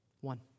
One